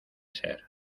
ser